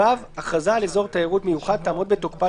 (ו)הכרזה על אזור תיירות מיוחד תעמוד בתוקפה